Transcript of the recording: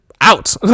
out